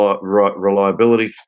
reliability